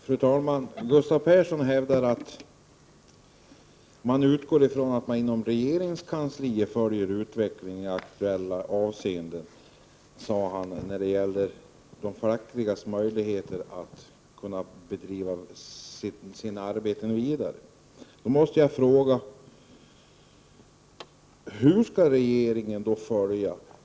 Fru talman! Gustav Persson utgår från att man inom regeringskansliet följer utvecklingen i aktuella avseenden när det gäller de fackliga representanternas möjligheter att driva sitt arbete vidare. Då måste jag fråga: Hur skall regeringen agera?